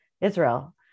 Israel